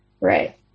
right